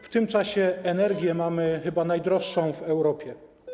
W tym czasie energię mamy chyba najdroższą w Europie.